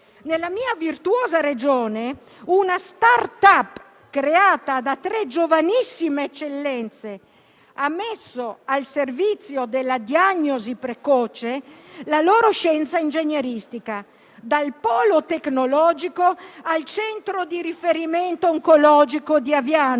nella mia virtuosa Regione una *startup* creata da tre giovanissime eccellenze ha messo al servizio della diagnosi precoce la propria scienza ingegneristica, dal Polo tecnologico al Centro di riferimento oncologico di Aviano,